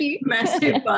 massive